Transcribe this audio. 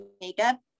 makeup